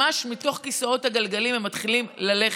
ממש מתוך כיסאות הגלגלים הם מתחילים ללכת.